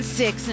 six